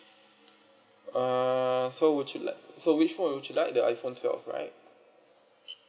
uh so would you like so which one would you like the iphone twelve right